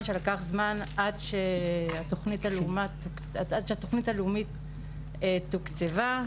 שלקח זמן עד שהתוכנית הלאומית תוקצבה.